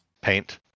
paint